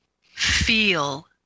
Feel